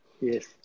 Yes